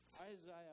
Isaiah